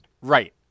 Right